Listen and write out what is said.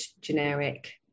generic